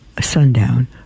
sundown